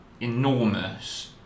enormous